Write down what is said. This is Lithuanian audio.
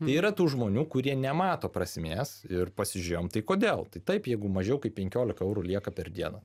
yra tų žmonių kurie nemato prasmės ir pasižiūrėjom tai kodėl tai taip jeigu mažiau kaip penkiolika eurų lieka per dieną